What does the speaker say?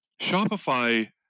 Shopify